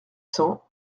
cents